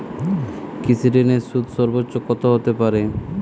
কৃষিঋণের সুদ সর্বোচ্চ কত হতে পারে?